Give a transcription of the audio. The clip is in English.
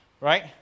right